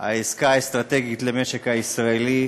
עסקה אסטרטגית למשק הישראלי.